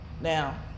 Now